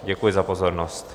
Děkuji za pozornost.